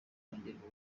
kongererwa